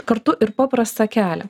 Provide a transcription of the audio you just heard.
kartu ir paprastą kelią